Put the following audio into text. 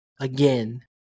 again